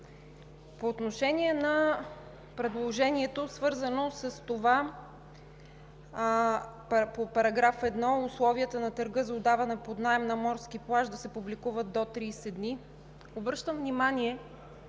По отношение на предложението по § 1 – условията на търга за отдаване под наем на морски плаж да се публикуват до 30 дни. Обръщам внимание,